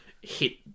hit